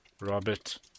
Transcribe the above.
Robert